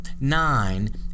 Nine